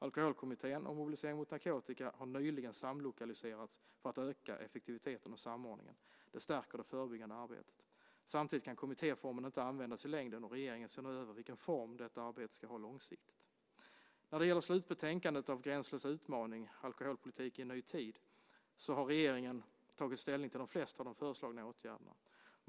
Alkoholkommittén och Mobilisering mot narkotika har nyligen samlokaliserats för att öka effektiviteten och samordningen. Det stärker det förebyggande arbetet. Samtidigt kan kommittéformen inte användas i längden, och regeringen ser nu över vilken form detta arbete ska ha långsiktigt. När det gäller slutbetänkandet Gränslös utmaning - alkoholpolitik i ny tid har regeringen tagit ställning till de flesta av de föreslagna åtgärderna.